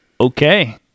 Okay